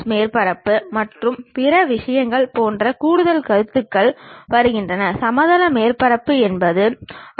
C என்ற பக்கத்தின் ஒவ்வொரு முனையும் கிடைமட்ட தளத்தில் நாம் பெற்ற செவ்வகத்தின் முனைகளுடன் ஒத்துப் போகும்